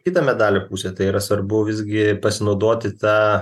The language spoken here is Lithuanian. kita medalio pusė tai yra svarbu visgi pasinaudoti ta